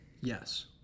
Yes